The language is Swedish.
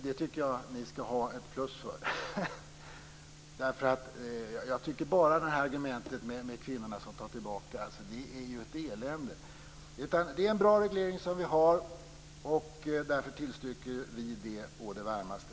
Det tycker jag att ni skall ha ett plus för. När det gäller argumentet om kvinnor tycker jag att det är ett elände. Det är en bra reglering som vi har, och därför tillstyrker vi det å det varmaste.